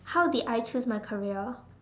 how did I choose my career